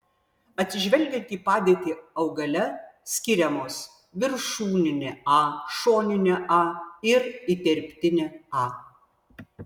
atsižvelgiant į padėtį augale skiriamos viršūninė a šoninė a ir įterptinė a